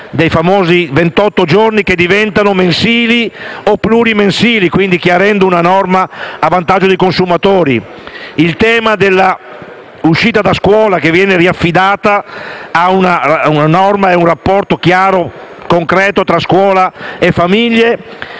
i famosi ventotto giorni che diventano mensili o plurimensili, chiarendo una norma a vantaggio dei consumatori; il tema dell'uscita da scuola, che viene affidata a un rapporto chiaro e concreto tra la scuola e le famiglie;